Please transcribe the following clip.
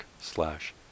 slash